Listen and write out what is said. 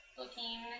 looking